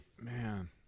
Man